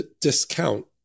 discount